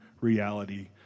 reality